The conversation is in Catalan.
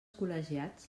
col·legiats